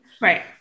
right